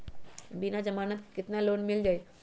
बिना जमानत के केतना लोन मिल जाइ?